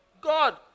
God